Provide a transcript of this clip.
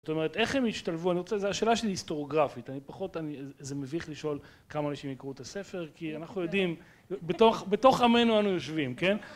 זאת אומרת איך הם התשתלבו, אני רוצה, זה... השאלה שלי היסטוריוגרפית, אני פחות, אני... זה מביך לשאול כמה אנשים יקראו את הספר כי אנחנו יודעים, בתוך, בתוך עמנו אנו יושבים, כן?